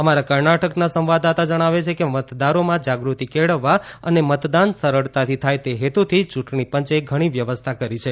અમારા કર્ણાટકના સંવાદદાતા જણાવે છે કે મતદારોમાં જાગૃત્તિ કેળવવા અને મતદાન સરળતાથી થાય તે હેતુથી યૂંટણીપંચે ઘણી વ્યવસ્થા કરી છે